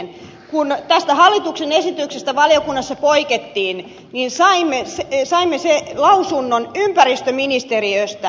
kun tästä hallituksen esityksestä valiokunnassa poikettiin niin saimme lausunnon ympäristöministeriöstä